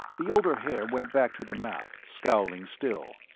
the older haer went back to the map, scowling still.